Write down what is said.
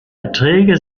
erträge